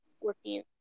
working